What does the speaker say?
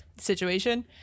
situation